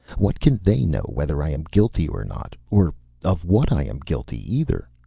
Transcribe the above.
what can they know whether i am guilty or not or of what i am guilty, either?